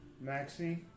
Maxie